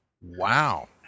Wow